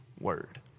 word